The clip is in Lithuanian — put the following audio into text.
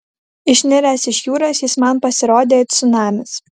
išniręs iš jūros jis man pasirodė it cunamis